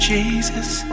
Jesus